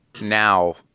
now